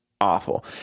awful